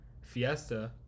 Fiesta